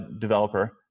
developer